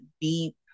deep